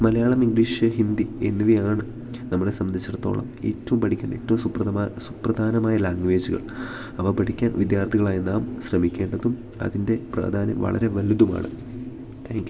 Malayalam English Hindi എന്നിവയാണ് നമ്മളെ സംബന്ധിച്ചിടത്തോളം ഏറ്റവും പഠിക്കേണ്ട ഏറ്റവും സുപ്രദമായ സുപ്രധാനമായ ലാംഗ്വേജുകൾ അവ പഠിക്കാൻ വിദ്യാർത്ഥികളായ നാം ശ്രമിക്കേണ്ടതും അതിൻ്റെ പ്രാധാന്യം വളരെ വലുതുമാണ് താങ്ക് യൂ